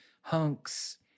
hunks